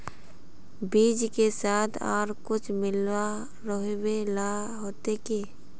बीज के साथ आर कुछ मिला रोहबे ला होते की?